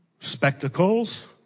spectacles